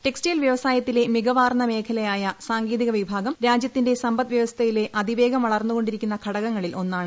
textile വ്യവസായത്തിലെ മികവാർന്ന മേഖലയായ സാങ്കേതിക വിഭാഗം രാജ്യത്തിന്റെ സമ്പദ് വ്യവസ്ഥയിലെ അതിവേഗം വളർന്നുകൊണ്ടിരിക്കുന്ന ഘടകങ്ങളിൽ ഒന്നാണ്